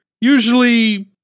usually